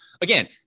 again